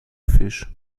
fisch